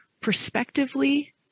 prospectively